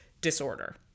disorder